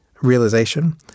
realization